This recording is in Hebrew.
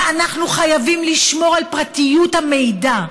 ואנחנו חייבים לשמור על פרטיות המידע,